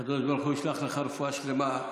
ברוך הוא ישלח לך רפואה שלמה.